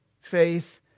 faith